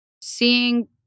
Seeing